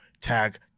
tag